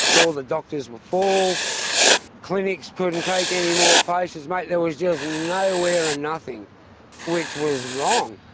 all the doctors were full clinics couldn't take any more patients, mate. there was just nowhere and nothing which was wrong.